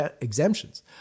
exemptions